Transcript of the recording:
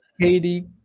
Katie